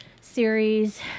series